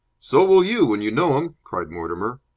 so will you, when you know him, cried mortimer.